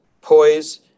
poise